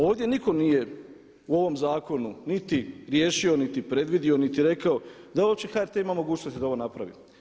Ovdje nitko nije u ovom zakonu niti riješio niti predvidio niti rekao da li uopće HRT ima mogućnosti da ovo napravi?